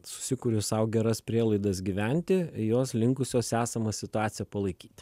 susikuria sau geras prielaidas gyventi jos linkusios esamą situaciją palaikyti